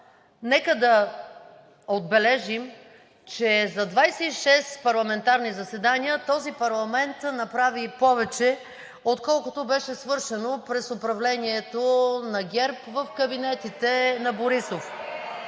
нека да отбележим, че за 26 парламентарни заседания този парламент направи повече, отколкото беше свършено през управлението на ГЕРБ в кабинетите на Борисов.